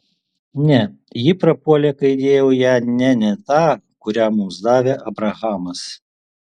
ne ji prapuolė kai įdėjau ją ne ne tą kurią mums davė abrahamas